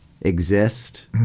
exist